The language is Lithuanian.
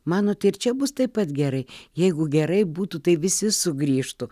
manot ir čia bus taip pat gerai jeigu gerai būtų tai visi sugrįžtų